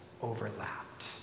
overlapped